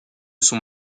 sont